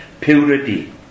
purity